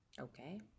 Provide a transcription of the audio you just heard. Okay